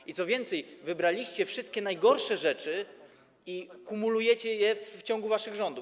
I co więcej, wybraliście wszystkie najgorsze rzeczy i kumulujecie je w ciągu waszych rządów.